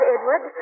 Edward